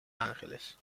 angeles